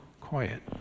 quiet